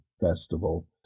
Festival